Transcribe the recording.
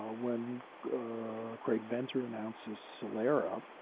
ah when craig venter announces celera,